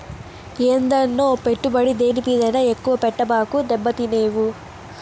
ఏందన్నో, పెట్టుబడి దేని మీదైనా ఎక్కువ పెట్టబాకు, దెబ్బతినేవు